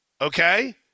okay